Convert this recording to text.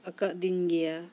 ᱟᱠᱟᱫᱤᱧ ᱜᱮᱭᱟ